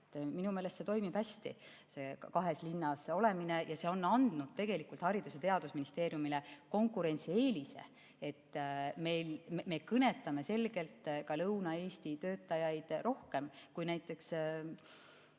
Minu meelest see toimib hästi, see kahes linnas olemine, ja see on andnud tegelikult Haridus- ja Teadusministeeriumile konkurentsieelise, et me kõnetame selgelt ka Lõuna-Eesti töötajaid rohkem kui näiteks